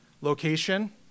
Location